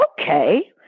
okay